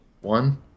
One